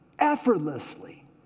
effortlessly